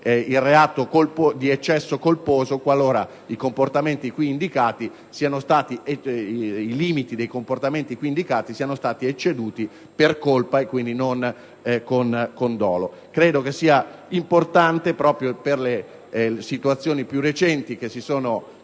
il reato di eccesso colposo qualora i limiti dei comportamenti qui indicati siano stati ecceduti per colpa e quindi non con dolo. Credo sia importante, proprio per le situazioni più recenti che si sono